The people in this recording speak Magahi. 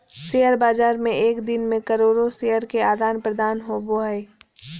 शेयर बाज़ार में एक दिन मे करोड़ो शेयर के आदान प्रदान होबो हइ